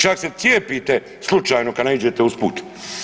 Čak se cijepite slučajno kad naiđete usput.